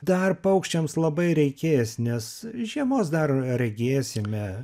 dar paukščiams labai reikės nes žiemos dar regėsime